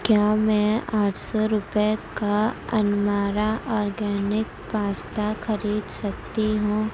کیا میں آٹھ سو روپئے کا انمارا اورگینک پاستا خرید سکتی ہوں